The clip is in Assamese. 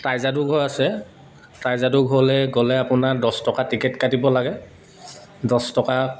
তাইজাদুঘৰ আছে তাইজাদুঘৰলৈ গ'লে আপোনাৰ দছ টকা টিকেট কাটিব লাগে দছ টকা